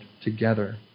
together